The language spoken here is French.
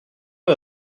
eux